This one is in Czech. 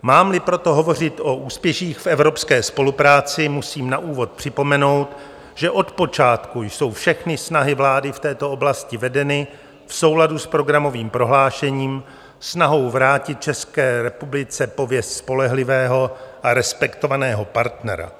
Mámli proto hovořit o úspěších v evropské spolupráci, musím na úvod připomenout, že od počátku jsou všechny snahy vlády v této oblasti vedeny v souladu s programovým prohlášením snahou vrátit České republice pověst spolehlivého a respektovaného partnera.